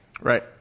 Right